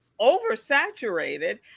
oversaturated